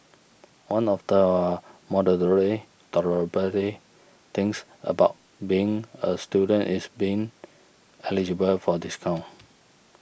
one of the tolerably things about being a student is being eligible for discounts